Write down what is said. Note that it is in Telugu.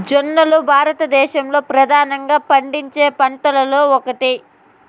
జొన్నలు భారతదేశంలో ప్రధానంగా పండించే పంటలలో ఒకటి